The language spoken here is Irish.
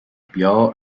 beo